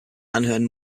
anhören